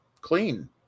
clean